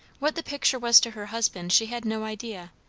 what the picture was to her husband she had no idea,